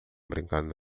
brincando